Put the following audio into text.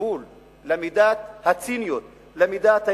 גבול למידת הציניות, למידת ההתעללות,